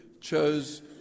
chose